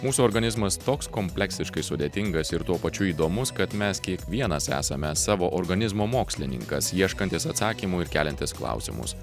mūsų organizmas toks kompleksiškai sudėtingas ir tuo pačiu įdomus kad mes kiekvienas esame savo organizmo mokslininkas ieškantis atsakymų ir keliantis klausimus